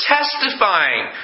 testifying